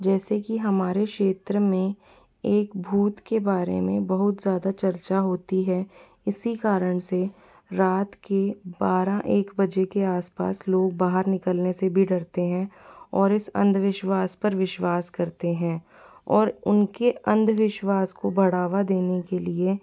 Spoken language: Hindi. जैसे कि हमारे क्षेत्र में एक भूत के बारे में बहुत ज़्यादा चर्चा होती है इसी कारण से रात के बारह एक बजे के आसपास लोग बाहर निकलने से भी डरते हैं और इस अंधविश्वास पर विश्वास करते हैं और उनके अंधविश्वास को बढ़ावा देने के लिए